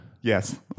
Yes